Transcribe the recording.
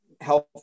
health